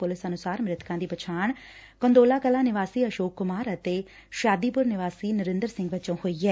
police ਅਨੁਸਾਰ ਮ੍ਰਿਤਕਾਂ ਦੀ ਪਛਾਣ ਕੰਦੋਲਾ ਕਲਾਂ ਨਿਵਾਸੀ ਅਸ਼ੋਕ ਕੁਮਾਰ ਅਤੇ ਸ਼ਾਦੀਪੁਰ ਨਿਵਾਸੀ ਨਰਿੰਦਰ ਸਿੰਘ ਵਜੋਂ ਹੋਈ ਏ